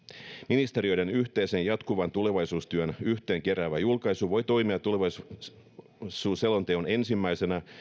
ministeriöiden yhteisen ja jatkuvan tulevaisuustyön yhteen keräävä julkaisu voi toimia tulevaisuusselonteon ensimmäisenä